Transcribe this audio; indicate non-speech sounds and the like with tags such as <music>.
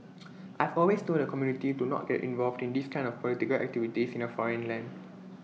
<noise> I've always told the community to not get involved in these kinds of political activities in A foreign land <noise>